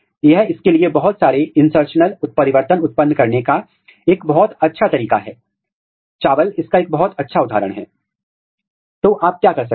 यह विशिष्ट genomic DNA है और फिर उदाहरण के लिए आप एक जीन की पहचान बहुत विशेष या परिभाषित अभिव्यक्ति पैटर्न के साथ करना चाहते हैं कि आप कैसे कर सकते हैं